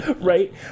Right